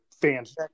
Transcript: fans